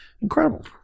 Incredible